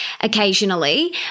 occasionally